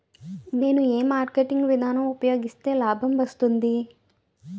నేను ఏ మార్కెటింగ్ విధానం ఉపయోగిస్తే లాభం వస్తుంది?